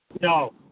No